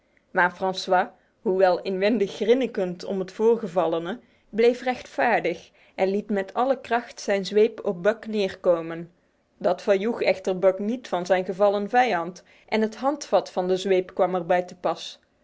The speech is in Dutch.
maar francois hoewel inwendig grinnikend om het voorgevallene bleef rechtvaardig en liet met alle kracht zijn zwepobucknrm datvejogbuckhrnit van zijn gevallen vijand en het handvat van de zweep kwam er bij te pas